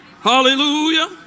Hallelujah